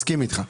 אני מסכים אתך,